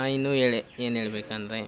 ಇನ್ನು ಹೇಳಿ ಏನು ಹೇಳ್ಬೇಕಂದ್ರೆ